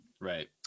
Right